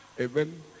Amen